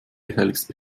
gefälligst